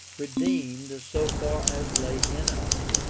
redeemed, so far as lay in us,